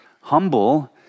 humble